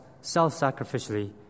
self-sacrificially